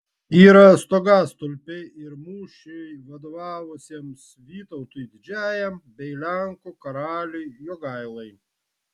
yra stogastulpiai ir mūšiui vadovavusiems vytautui didžiajam bei lenkų karaliui jogailai